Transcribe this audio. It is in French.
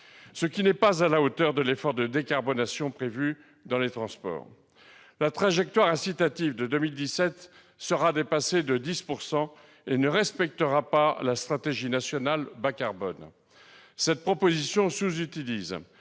ce qui n'est pas à la hauteur de l'effort de décarbonation prévu dans les transports. La trajectoire incitative de 2017 sera dépassée de 10 % et ne respectera pas la stratégie nationale bas-carbone. Avec cette proposition, on sous-utilise